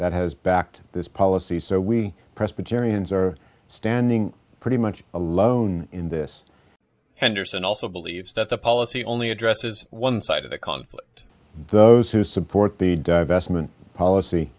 that has backed this policy so we presbyterians are standing pretty much alone in this anderson also believes that the policy only addresses one side of the conflict those who support the divestment policy